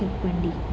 చెప్పండి